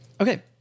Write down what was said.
okay